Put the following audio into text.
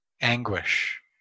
anguish